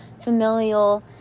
familial